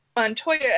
Montoya